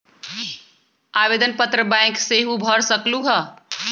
आवेदन पत्र बैंक सेहु भर सकलु ह?